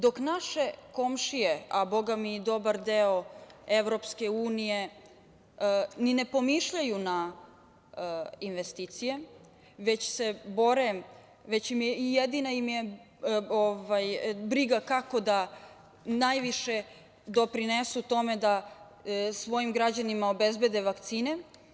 Dok naše komšije, a bogami i dobar deo EU ni ne pomišljaju na investicije, jedina im je briga kako da najviše doprinesu tome da svojim građanima obezbede vakcine.